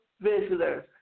visitors